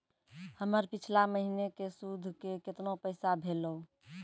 हमर पिछला महीने के सुध के केतना पैसा भेलौ?